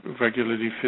regularly